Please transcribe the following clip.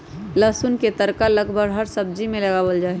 लहसुन के तड़का लगभग हर सब्जी में लगावल जाहई